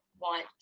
want